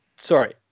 Sorry